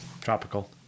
tropical